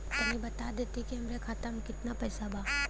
तनि बता देती की हमरे खाता में कितना पैसा बा?